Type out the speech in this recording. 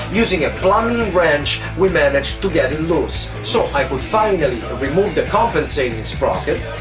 using a plumbing wrench, we managed to get it loose, so i could finally remove the compensating sprocket,